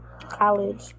college